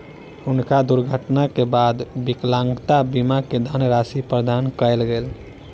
हुनका दुर्घटना के बाद विकलांगता बीमा के धनराशि प्रदान कयल गेल